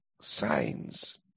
signs